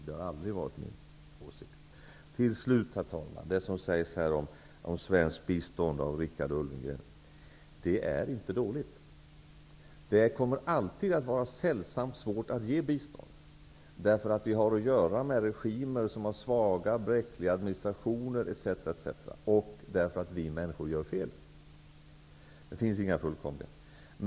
Det har aldrig varit min åsikt. Till slut, herr talman, några ord med anledning av det som Richard Ulfvengren har sagt här om svenskt bistånd. Det är inte dåligt. Det kommer alltid att vara sällsamt svårt att ge bistånd, därför att vi har att göra med regimer som har svaga, bräckliga administrationer etc. etc. och därför att vi människor gör fel. Det finns inga fullkomliga.